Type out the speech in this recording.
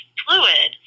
fluid